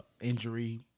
injury